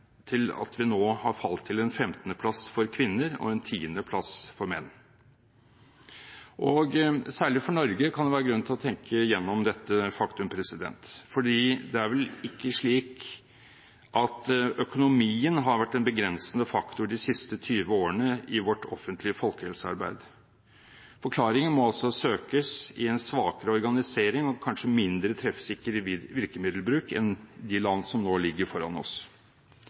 til at vi nå har falt til en femtendeplass for kvinner og en tiendeplass for menn. Særlig for Norge kan det være grunn til å tenke gjennom dette faktum, fordi det er vel ikke slik at økonomien har vært en begrensende faktor de siste 20 årene i vårt offentlige folkehelsearbeid. Forklaringen må altså søkes i en svakere organisering og kanskje mindre treffsikker virkemiddelbruk enn de land som nå ligger foran oss.